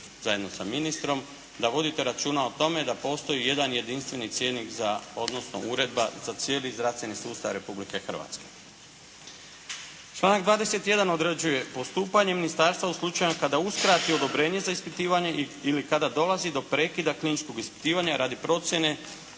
zajedno sa ministrom da vodite računa o tome da postoji jedan jedinstveni cjenik odnosno uredba za cijeli zdravstveni sustav Republike Hrvatske. Članak 21. određuje postupanje ministarstva u slučaju kada uskrati odobrenje za ispitivanje ili kada dolazi do prekida kliničkog ispitivanja radi procjene